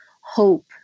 hope